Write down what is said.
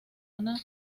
una